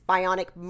Bionic